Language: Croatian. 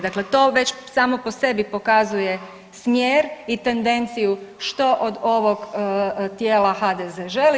Dakle to već samo po sebi pokazuje smjer i tendenciju što od ovog tijela HDZ želi.